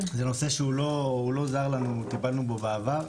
זה נושא שהוא לא זר לנו וטיפלנו בו בעבר.